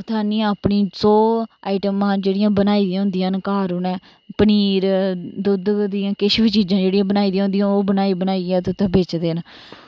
उत्थें आह्नियै अपनी सौ आईटमां जेह्ड़ियां बनाई दियां होंदियां न घर उ'नैं पनीर दुध्द दियां कुछ बी चीजां जेह्ड़ियां बनाई दियां होंदियां ओह् बनाई बनाइयै ते उत्थै बेचदे न